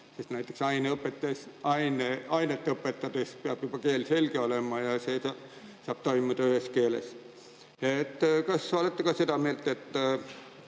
sest näiteks ainet õpetades peab keel juba selge olema ja see saab toimuda ühes keeles. Kas te olete ka seda meelt, et